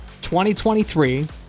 2023